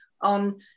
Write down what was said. on